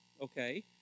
Okay